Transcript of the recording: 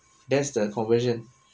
that's the conversion